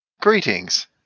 Greetings